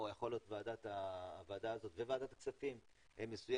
יכול להיות הוועדה הזאת וועדת כספים מסוימת,